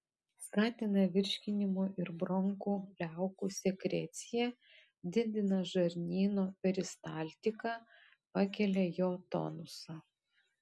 skatina virškinimo ir bronchų liaukų sekreciją didina žarnyno peristaltiką pakelia jo tonusą